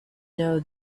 know